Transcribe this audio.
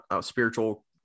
spiritual